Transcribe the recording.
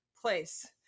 place